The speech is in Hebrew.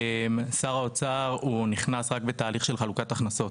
שר האוצר נכנס רק בתהליך של חלוקת הכנסות.